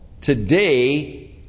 today